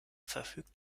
verfügt